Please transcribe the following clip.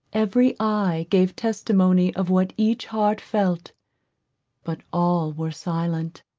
every eye gave testimony of what each heart felt but all were silent.